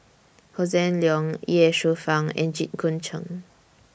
Hossan Leong Ye Shufang and Jit Koon Ch'ng